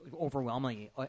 overwhelmingly